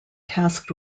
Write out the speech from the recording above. tasked